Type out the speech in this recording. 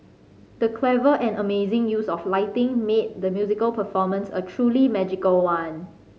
the clever and amazing use of lighting made the musical performance a truly magical one